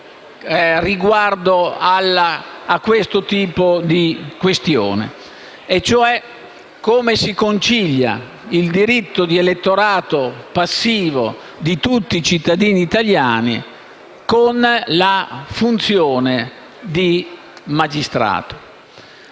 riguardo a questo tipo di questioni, cioè come si concili il diritto di elettorato passivo di tutti i cittadini italiani con la funzione dei magistrati.